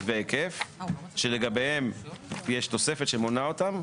והיקף שלגביהם יש תוספת שמונה אותם,